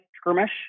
skirmish